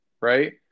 right